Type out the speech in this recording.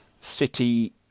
City